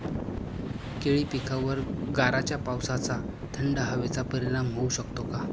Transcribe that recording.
केळी पिकावर गाराच्या पावसाचा, थंड हवेचा परिणाम होऊ शकतो का?